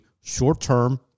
short-term